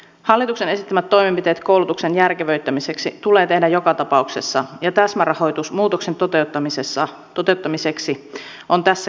hallituksen esittämät toimenpiteet koulutuksen järkevöittämiseksi tulee tehdä joka tapauksessa ja täsmärahoitus muutoksen toteuttamiseksi on tässä keskeistä